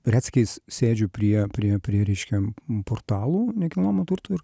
retsykiais sėdžiu prie prie prie reiškia portalų nekilnojamo turto ir